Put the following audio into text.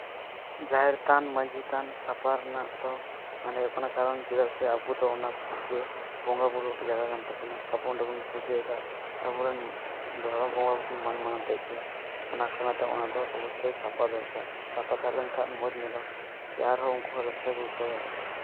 ᱡᱟᱦᱮᱨ ᱛᱷᱟᱱ ᱢᱟᱹᱡᱷᱤ ᱛᱷᱟᱱ ᱥᱟᱯᱷᱟᱭ ᱨᱮᱱᱟᱜ ᱫᱚ ᱢᱟᱱᱮ ᱦᱩᱭᱩᱜ ᱠᱟᱱᱟ ᱠᱟᱨᱚᱱ ᱪᱮᱫᱟᱜ ᱥᱮ ᱟᱵᱚ ᱫᱚ ᱚᱱᱟ ᱯᱩᱡᱟᱹ ᱵᱚᱸᱜᱟᱼᱵᱩᱨᱩ ᱨᱮᱭᱟᱜ ᱡᱟᱭᱜᱟ ᱠᱟᱱ ᱛᱟᱵᱚᱱᱟ ᱟᱵᱚ ᱚᱸᱰᱮ ᱵᱚᱱ ᱯᱩᱡᱟᱹᱭᱮᱫᱟ ᱟᱵᱚ ᱨᱮᱱ ᱫᱷᱚᱨᱚᱢ ᱵᱚᱸᱜᱟ ᱵᱚᱱ ᱢᱟᱱ ᱢᱟᱱᱚᱛᱮᱜ ᱠᱚᱣᱟ ᱚᱱᱟ ᱠᱷᱟᱹᱛᱤᱨ ᱛᱮ ᱚᱱᱟ ᱫᱚ ᱚᱵᱚᱥᱥᱳᱭ ᱥᱟᱯᱷᱟ ᱫᱚᱨᱠᱟᱨ ᱥᱟᱯᱷᱟ ᱛᱟᱦᱮᱸ ᱞᱮᱱᱠᱷᱟᱱ ᱢᱚᱡᱽ ᱧᱮᱞᱚᱜᱼᱟ ᱥᱮ ᱟᱨᱦᱚᱸ ᱩᱱᱠᱩ ᱦᱚᱸ ᱨᱟᱹᱥᱠᱟᱹ ᱠᱚ ᱟᱹᱭᱠᱟᱹᱣ ᱫᱟᱲᱮᱭᱟᱜᱼᱟ